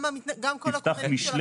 גם כל הכוננים שלכם